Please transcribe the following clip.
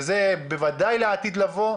וזה בוודאי לעתיד לבוא,